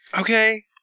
Okay